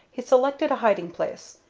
he selected a hiding-place,